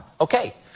Okay